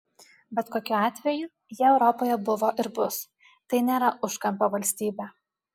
bet kokiu atveju jie europoje buvo ir bus tai nėra užkampio valstybė